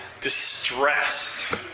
distressed